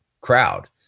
crowd